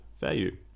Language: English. value